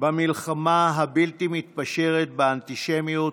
במלחמה הבלתי-מתפשרת באנטישמיות